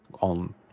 on